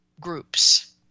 groups